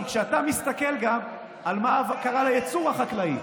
כי כשאתה מסתכל גם על מה קרה לייצור החקלאי,